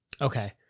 Okay